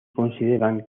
consideran